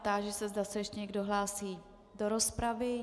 Táži se, zda se ještě někdo hlásí do rozpravy.